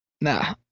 nah